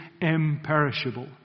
imperishable